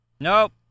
Nope